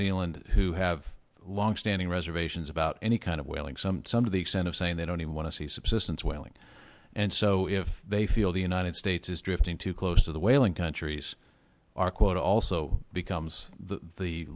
zealand who have longstanding reservations about any kind of whaling some some to the extent of saying they don't even want to see subsistence whaling and so if they feel the united states is drifting too close to the whaling countries are quote also becomes the